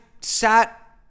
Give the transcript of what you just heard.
sat